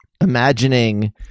imagining